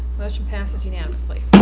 motion passes unanimously.